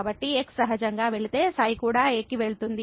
కాబట్టి x సహజంగా వెళితే ξ కూడా a కి వెళ్తుంది